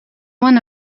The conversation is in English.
one